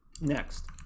Next